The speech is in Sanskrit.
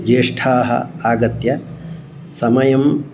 ज्येष्ठाः आगत्य समयं